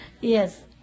yes